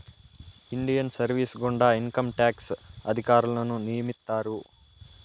Indian service గుండా income tax అధికారులను నియమిత్తారు